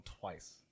twice